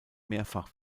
mehrfach